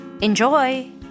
Enjoy